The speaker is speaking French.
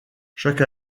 chaque